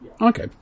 Okay